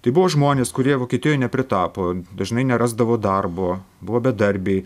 tai buvo žmonės kurie vokietijoj nepritapo dažnai nerasdavo darbo buvo bedarbiai